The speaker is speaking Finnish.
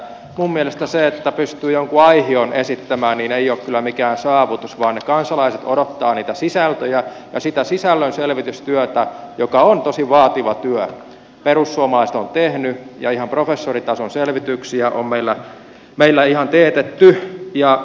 minun mielestäni se että pystyy jonkun aihion esittämään ei ole kyllä mikään saavutus vaan ne kansalaiset odottavat niitä sisältöjä ja sitä sisällön selvitystyötä joka on tosi vaativa työ perussuomalaiset on tehnyt ja professoritason selvityksiä on meillä ihan teetetty